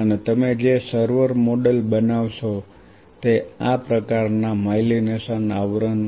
અને તમે જે સર્વર મોડેલ બનાવશો તે આ પ્રકારના માયલિનેશન આવરણ